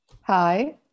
Hi